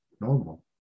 normal